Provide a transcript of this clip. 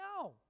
No